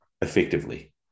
effectively